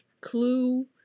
clue